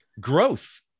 growth